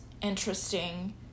interesting